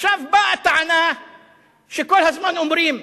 עכשיו באה טענה שכל הזמן אומרים,